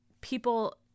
people